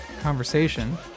conversation